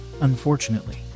unfortunately